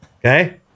Okay